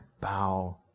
bow